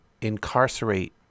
incarcerate